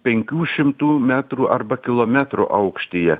penkių šimtų metrų arba kilometro aukštyje